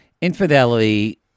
Infidelity